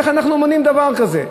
איך אנחנו מונעים דבר כזה?